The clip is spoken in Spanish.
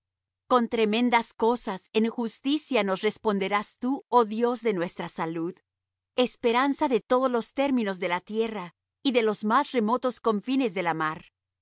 con tremendas cosas en justicia nos responderás tú oh dios de nuestra salud esperanza de todos los términos de la tierra y de los más remotos confines de la mar